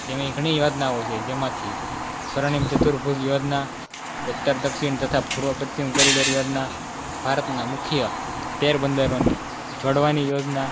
તેમાં ઘણી યોજનાઓ છે જેમાંથી સ્વર્ણિમ ચતુર્ભુજ યોજના ઉત્તર દક્ષિણ તથા પૂર્વ પશ્ચિમ કોરિડોર યોજના ભારતના મુખ્ય તેર બંદરોને જોડવાની યોજના